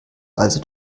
also